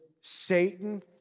Satan